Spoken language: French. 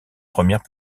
premières